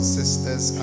sisters